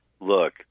look